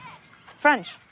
French